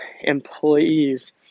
employees